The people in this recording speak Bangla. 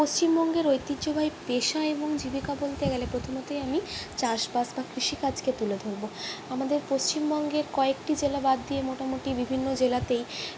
পশ্চিমবঙ্গের ঐতিহ্যবাহী পেশা এবং জীবিকা বলতে গেলে প্রথমতই আমি চাষ বাস বা কৃষিকাজকে তুলে ধরবো আমাদের পশ্চিমবঙ্গের কয়েকটি জেলা বাদ দিয়ে মোটামুটি বিভিন্ন জেলাতেই